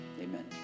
amen